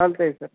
चालतं आहे स